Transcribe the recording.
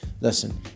Listen